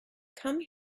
come